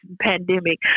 pandemic